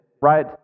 right